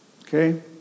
okay